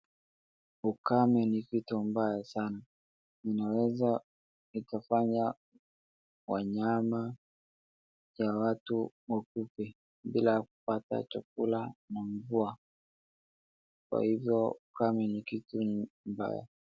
Ukame ni kitu mbaya sana. Inaweza ikafanya wanyama ya watu wakufe bila kupata chakula na mvua. Kwa hivyo, ukame ni kitu mbaya.